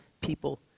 people